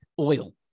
oil